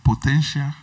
potential